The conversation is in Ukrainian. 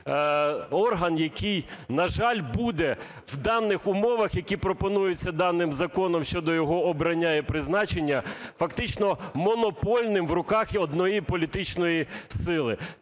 орган, який, на жаль, буде в даних умовах, які пропонуються даним законом щодо його обрання і призначення, фактично монопольним в руках є одної політичної сили.